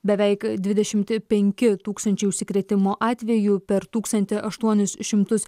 beveik dvidešimt penki tūkstančiai užsikrėtimo atvejų per tūkstantį aštuonis šimtus